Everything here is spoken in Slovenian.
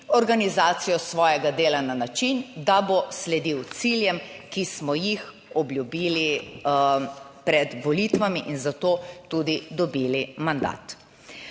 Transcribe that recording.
organizacijo svojega dela na način, da bo sledil ciljem, ki smo jih obljubili pred volitvami in zato tudi dobili mandat.